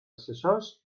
assessors